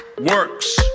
Works